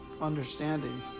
understanding